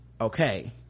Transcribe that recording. okay